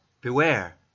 beware